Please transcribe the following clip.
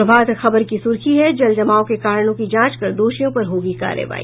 प्रभात खबर की सुर्खी है जलजमाव के कारणों की जांच कर दोषियों पर होगी कार्रवाई